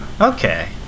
okay